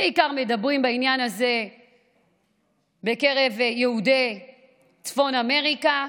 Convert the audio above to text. ומדברים בעניין הזה בעיקר בקרב יהודי צפון אמריקה,